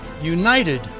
United